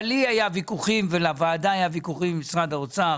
אבל לי היה ויכוחים ולוועדה היה ויכוחים עם משרד האוצר